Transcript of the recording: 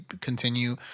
continue